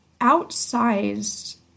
outsized